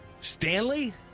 Stanley